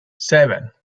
seven